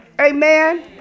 Amen